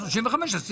35. לא,